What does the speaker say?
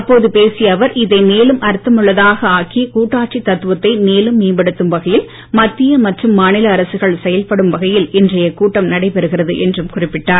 அப்போது பேசிய அவர் இதை மேலும் அர்த்தமுள்ளதாக ஆக்கி கூட்டாட்சி தத்துவத்தை மேலும் மேம்படுத்தும் வகையில் மத்திய மற்றும் மாநில அரசுகள் செயல்படும் வகையில் இன்றைய கூட்டம் நடைபெறுகிறது என்றும் குறிப்பிட்டார்